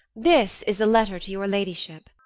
this is the letter to your ladyship.